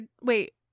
wait